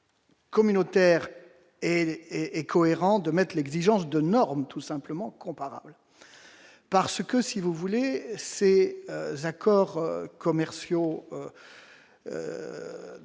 communautaire et et et cohérent de mètres l'exigence de normes tout simplement comparables parce que si vous voulez c'est accords commerciaux